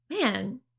man